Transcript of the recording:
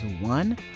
one